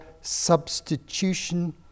substitution